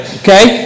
okay